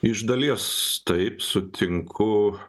iš dalies taip sutinku